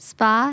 Spa